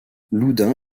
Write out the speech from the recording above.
loudun